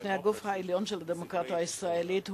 בפני הגוף העליון של הדמוקרטיה הישראלית.